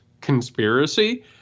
conspiracy